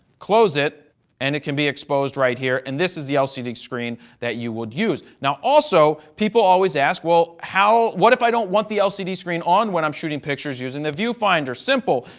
close it and it can be exposed right here and this is the lcd screen that you would use. now also people always ask, well, how what if i don't want the lcd screen on when i'm shooting pictures using the viewfinder? simple.